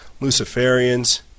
Luciferians